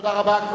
תודה רבה.